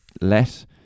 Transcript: let